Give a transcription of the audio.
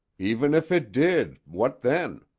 even if it did what then?